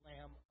Lamb